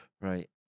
Right